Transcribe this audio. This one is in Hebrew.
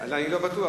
אני לא בטוח.